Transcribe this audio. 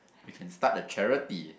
you can start a charity